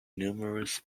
numerous